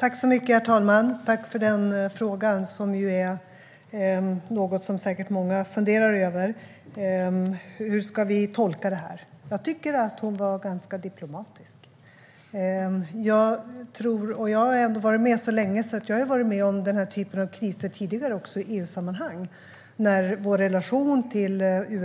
Herr talman! Tack för frågan! Det är säkert många som funderar över hur vi ska tolka detta. Jag tycker att hon var ganska diplomatisk. Jag har varit med så länge att jag har upplevt den här typen av kriser tidigare i EU-sammanhang, när vår relation till exempelvis